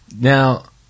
now